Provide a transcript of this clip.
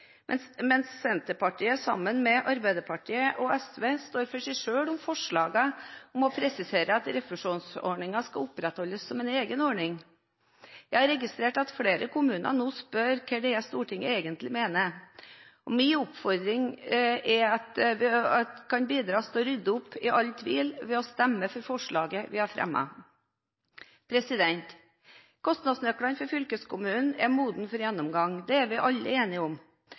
Senterpartiet, sammen med Arbeiderpartiet og Sosialistisk Venstreparti, står for seg selv om forslag om at refusjonsordningen skal opprettholdes som en egen ordning. Jeg har registrert at flere kommuner nå spør hva det er Stortinget egentlig mener. Min oppfordring er å bidra til å rydde all tvil av veien ved å stemme for forslaget vi har fremmet. Kostnadsnøklene for fylkeskommunene er modne for gjennomgang. Det er vi alle enige om.